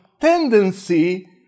tendency